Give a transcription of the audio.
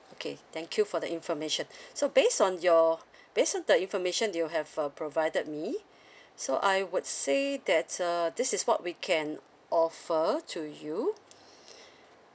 okay thank you for the information so based on your based on the information you have uh provided me so I would say that uh this is what we can offer to you